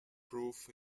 proof